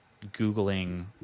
Googling